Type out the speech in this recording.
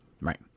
Right